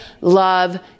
love